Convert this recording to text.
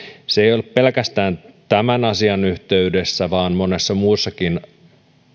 se ei ole pelkästään tämän asian yhteydessä vaan monessa muussakin